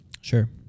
Sure